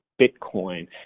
Bitcoin